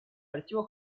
archivo